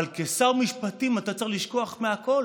אבל כשר משפטים אתה צריך לשכוח מהכול.